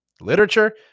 literature